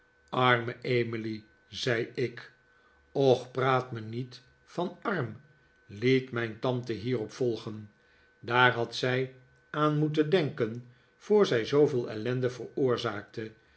arme emily zei ik och praat me niet van arm liet mijn tante hierop volgen daar had zij aan moeten denken voor zij zooveel ellende veroorzaakte